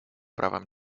правам